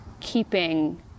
keeping